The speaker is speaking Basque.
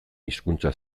hizkuntza